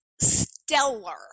stellar